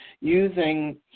using